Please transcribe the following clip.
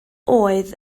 oedd